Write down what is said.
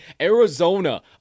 Arizona